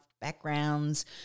backgrounds